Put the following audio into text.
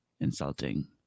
insulting